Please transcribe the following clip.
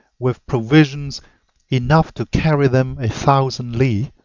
with provisions enough to carry them a thousand li,